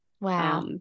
Wow